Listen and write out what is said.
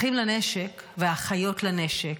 אחים לנשק ואחיות לנשק,